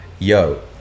Yo